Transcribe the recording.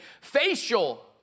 Facial